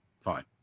fine